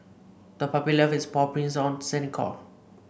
the puppy left its paw prints on the sandy shore